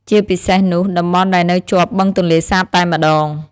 ជាពិសេសនោះ តំបន់ដែលនៅជាប់បឹងទន្លេសាបតែម្ដង។